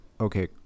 okay